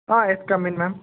ah yes come in ma'am